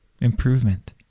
improvement